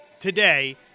today